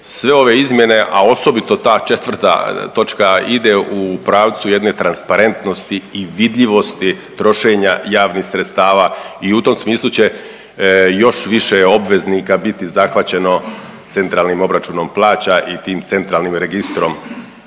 sve ove izmjene, a osobito ta 4. točka ide u pravcu jedne transparentnosti i vidljivosti trošenja javnih sredstva i u tom smislu će još više obveznika biti zahvaćeno centralnim obračunom plaća i tim centralnim registrom